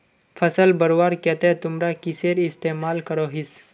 फसल बढ़वार केते तुमरा किसेर इस्तेमाल करोहिस?